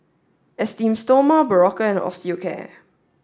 Esteem Stoma Berocca and Osteocare